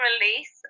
release